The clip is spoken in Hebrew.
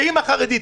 באימא חרדית.